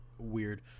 weird